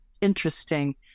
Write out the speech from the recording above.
interesting